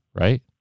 right